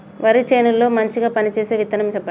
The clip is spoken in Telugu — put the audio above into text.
వరి చేను లో మంచిగా పనిచేసే విత్తనం చెప్పండి?